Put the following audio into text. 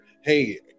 Hey